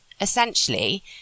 essentially